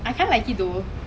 that's why